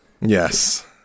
Yes